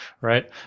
right